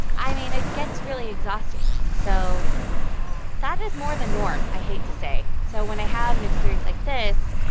i mean, it gets really exhausting. so that is more the norm, i hate to say. so when i have an experience like this,